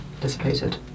dissipated